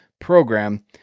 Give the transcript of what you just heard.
program